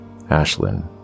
Ashlyn